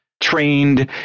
trained